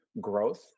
growth